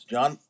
John